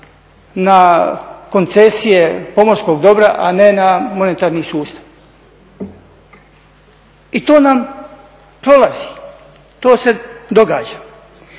na koncesije pomorskog dobra, a ne na monetarni sustav. I to nam prolazi, to se događa.